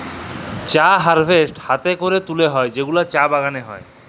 চা হারভেস্ট হ্যাতে ক্যরে তুলে হ্যয় যেগুলা চা বাগালে হ্য়য়